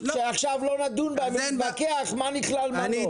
שלא נדון בהן עכשיו ונתווכח מה נכלל ומה לא.